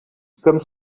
comme